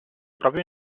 proprio